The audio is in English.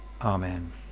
Amen